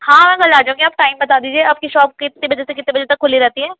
ہاں میں کل آجاؤں گی آپ ٹائم بتا دیجیے آپ کی شاپ کتنے بجے سے کتنے بجے تک کُھلی رہتی ہے